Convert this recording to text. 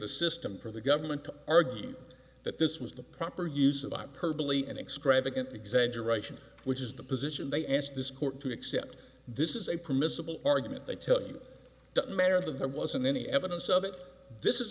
the system for the government to argue that this was the proper use of i personally and extravagant exaggeration which is the position they asked this court to accept this is a permissible argument they tell you it doesn't matter of them wasn't any evidence of it this is